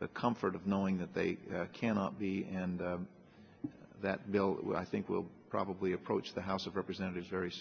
the comfort of knowing that they cannot be and that bill i think will probably approach the house of representatives very